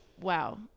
Wow